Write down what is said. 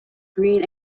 green